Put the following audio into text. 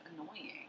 annoying